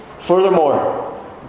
Furthermore